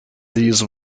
these